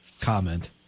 comment